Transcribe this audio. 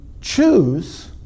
choose